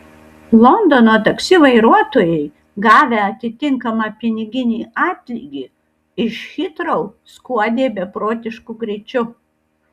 londono taksi vairuotojai gavę atitinkamą piniginį atlygį iš hitrou skuodė beprotišku greičiu